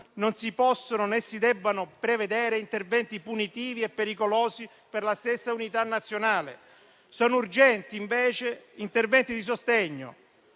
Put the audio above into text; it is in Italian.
non si possono né si devono prevedere interventi punitivi e pericolosi per la stessa unità nazionale. Sono urgenti, invece, interventi di sostegno,